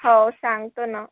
हो सांगतो ना